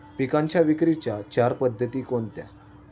पिकांच्या विक्रीच्या चार पद्धती कोणत्या?